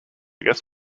guess